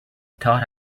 thought